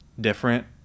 different